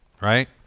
right